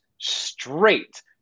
straight